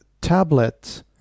tablet